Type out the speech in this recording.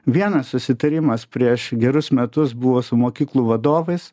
vienas susitarimas prieš gerus metus buvo su mokyklų vadovais